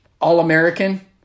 All-American